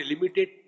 limited